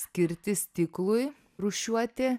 skirti stiklui rūšiuoti